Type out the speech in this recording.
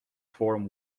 form